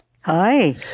Hi